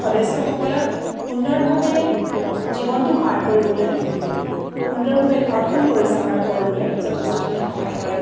সদস্যসকলক সুন্দৰভাৱে জীৱনটো পাৰ কৰিবলৈ সুন্দৰভাৱে জীৱনটো পৰিচালনা কৰিবলৈ যথেষ্টখিনি সহায় কৰে